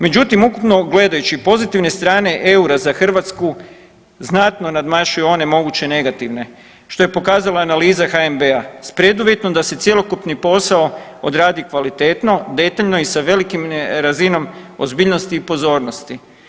Međutim, ukupno gledajući pozitivne strane eura za Hrvatsku znatno nadmašuju one moguće negativne što je pokazala i analiza HNB-a s preduvjetom da se cjelokupni posao odradi kvalitetno, detaljno i sa velikom razinom ozbiljnosti i pozornosti.